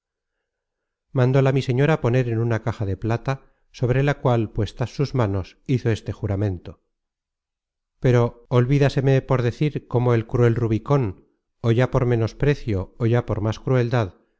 mandóla mi señora poner en una caja de plata sobre la cual puestas sus manos hizo este juramento pero olvídaseme por decir cómo el cruel rubicón ó ya por menosprecio ó ya por más crueldad